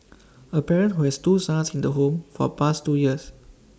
A parent who has two sons in the home for past two years